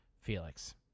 Felix